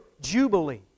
jubilee